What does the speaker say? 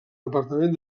departament